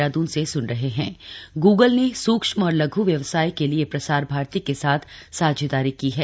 Google ग्गल ने सूक्ष्म और लद्य् व्यवसाय के लिए प्रसार भारती के साथ साझेदारी की है